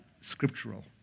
scriptural